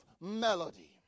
melody